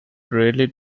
greatly